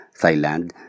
Thailand